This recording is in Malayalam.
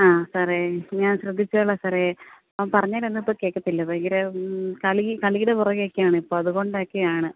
ആ സാറെ ഞാൻ ശ്രദ്ധിച്ചോളാം സാറെ അവൻ പറഞ്ഞാലൊന്നും ഇപ്പോൾ കേൾക്കത്തില്ല ഭയങ്കര കളി കളിയുടെ പുറകെയൊക്കെയാണ് ഇപ്പം അതുകൊണ്ടൊക്കെയാണ്